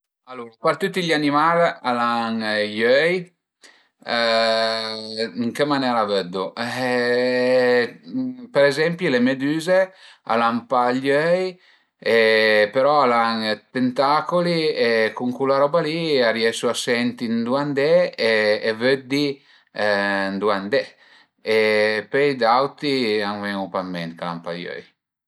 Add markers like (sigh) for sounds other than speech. Alura pa tüti i animai al a i öi (hesitation) ën che manera a vëddu? (hesitation) Për ezempi le medüze al an pa i öi e però al an dë tentacoli e cun cula roba li a riesu a senti ëndua andé e vëddi ëndua andé, pöi d'auti a më ven-u pa ën ment ch'al an pa i öi